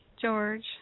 George